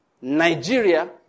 Nigeria